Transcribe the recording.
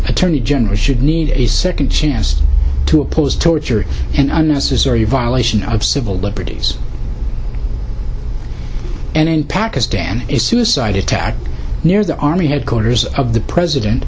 attorney general should need a second chance to oppose torture and unnecessary violation of civil liberties and in pakistan a suicide attack near the army headquarters of the president